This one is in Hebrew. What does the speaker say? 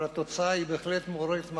והתוצאה בהחלט מעוררת מחשבה,